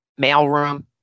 mailroom